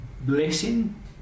blessing